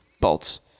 bolts